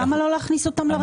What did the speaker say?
למה לא להכניס אותן לרשימה?